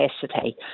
capacity